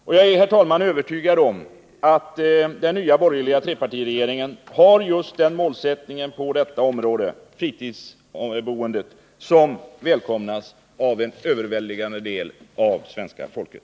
Och jag är, herr talman, övertygad om att den nya borgerliga trepartiregeringen har just den målsättning på detta område — fritidsboendet — som välkomnas av en överväldigande del av det svenska folket.